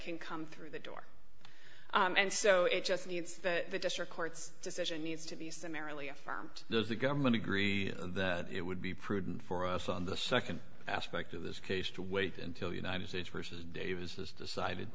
can come through the door and so it just needs that the district court's decision needs to be summarily affirmed does the government agree that it would be prudent for us on the second aspect of this case to wait until the united states versus davis has decided